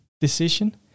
decision